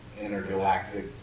intergalactic